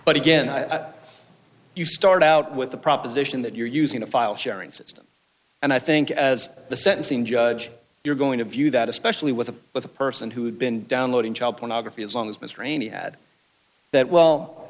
but again i thought you start out with the proposition that you're using a file sharing system and i think as the sentencing judge you're going to view that especially with the with the person who had been downloading child pornography as long as mr rayney had that well